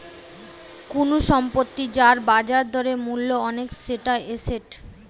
কুনু সম্পত্তি যার বাজার দরে মূল্য অনেক সেটা এসেট